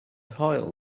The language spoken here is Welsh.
haul